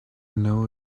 know